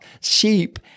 sheep